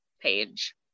page